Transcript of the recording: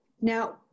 Now